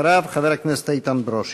אחריו, חבר הכנסת איתן ברושי.